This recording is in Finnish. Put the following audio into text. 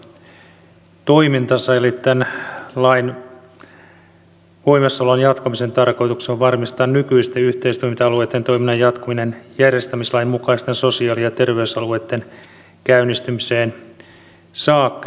eli tämän lain voimassaolon jatkamisen tarkoituksena on varmistaa nykyisten yhteistoiminta alueitten toiminnan jatkuminen järjestämislain mukaisten sosiaali ja terveysalueitten käynnistymiseen saakka